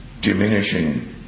diminishing